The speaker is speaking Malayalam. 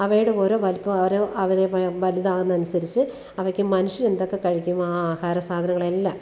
അവയുടെ ഓരോ വലിപ്പം ആരോ അവർ വലുതാകുന്ന അനുസരിച്ച് അവയ്ക്ക് മനുഷ്യരെന്തൊക്കെ കഴിക്കും ആ ആഹാര സാധനങ്ങളെല്ലാം